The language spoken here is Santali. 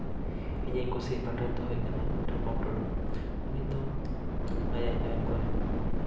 ᱤᱧᱤᱡ ᱠᱩᱥᱤᱜ ᱯᱟᱴᱷᱚᱠ ᱫᱚᱭ ᱦᱩᱭᱩᱜ ᱠᱟᱱᱟᱭ ᱴᱷᱚᱯᱚᱝ ᱴᱩᱰᱩ ᱩᱱᱤ ᱫᱚ ᱟᱭᱟᱜ ᱜᱟᱭᱟᱱ ᱠᱚᱨᱮᱜ